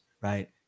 right